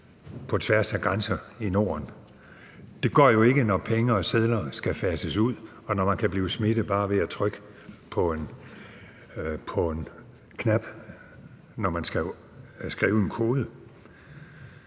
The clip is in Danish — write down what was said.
på tværs af grænser i Norden. Det går jo ikke, når mønter og sedler skal fases ud, og når man kan blive smittet bare ved at trykke på en knap, når man skal skrive en kode.